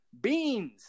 beans